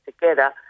together